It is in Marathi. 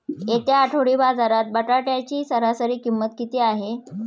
येत्या आठवडी बाजारात बटाट्याची सरासरी किंमत किती आहे?